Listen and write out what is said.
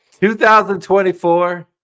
2024